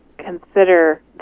consider